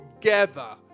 together